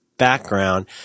background